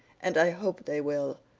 and i hope they will,